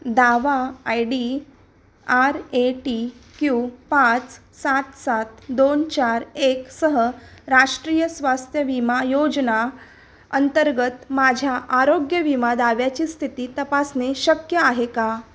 दावा I D R A T Q पाच सात सात दोन चार एक सह राष्ट्रीय स्वास्थ्य विमा योजना अंतर्गत माझ्या आरोग्य विमा दाव्याची स्थिती तपासणे शक्य आहे का